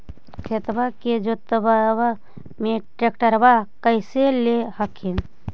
खेतबा के जोतयबा ले ट्रैक्टरबा कैसे ले हखिन?